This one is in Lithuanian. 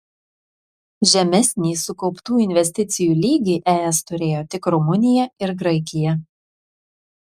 žemesnį sukauptų investicijų lygį es turėjo tik rumunija ir graikija